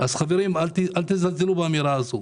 חברים אל תזלזלו באמירה הזאת.